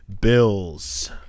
Bills